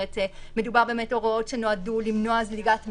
מדובר באמת בהוראות שנועדו למנוע זליגת מידע.